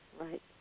Right